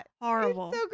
horrible